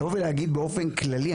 לבוא ולהגיד באופן כללי,